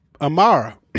Amara